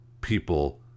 people